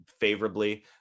favorably